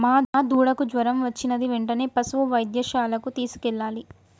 మా దూడకు జ్వరం వచ్చినది వెంటనే పసుపు వైద్యశాలకు తీసుకెళ్లాలి